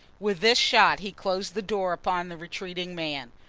with this shot he closed the door upon the retreating man.